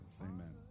Amen